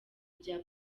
bya